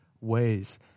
ways